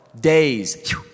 days